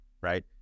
right